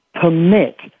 permit